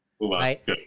Right